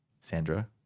Sandra